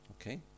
Okay